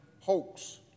hoax